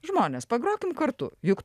žmonės pagrokim kartu juk